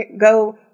go